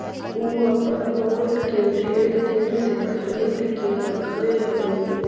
ऊ अपन बॉन्ड के ढेर दिन से खरीद के रखले हई